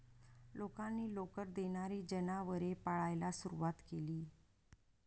लोकांनी लोकर देणारी जनावरे पाळायला सुरवात केली